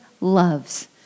loves